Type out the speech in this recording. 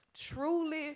Truly